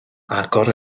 agor